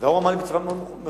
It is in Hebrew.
והוא אמר לי בצורה מאוד מפורשת,